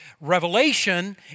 Revelation